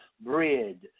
bread